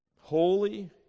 Holy